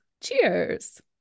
Cheers